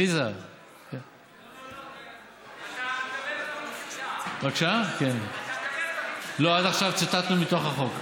אתה מדבר, לא, עד עכשיו ציטטנו מתוך החוק.